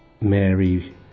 Mary